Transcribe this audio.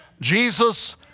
Jesus